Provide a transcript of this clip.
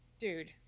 dude